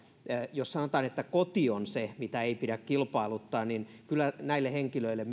jos sanotaan että koti on se mitä ei pidä kilpailuttaa niin kyllä näille henkilöille